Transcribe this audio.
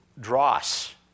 dross